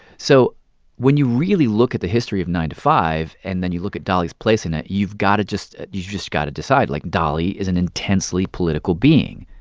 so when you really look at the history of nine to five and then you look at dolly's place in it, you've got to just you just got to decide. like, dolly is an intensely political being.